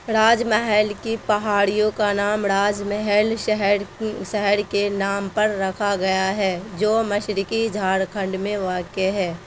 راج محل کی پہاڑیوں کا نام راج محل شہر شہر کے نام پر رکھا گیا ہے جو مشرقی جھارکھنڈ میں واقع ہے